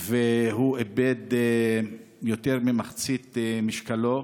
והוא איבד יותר ממחצית משקלו.